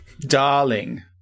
Darling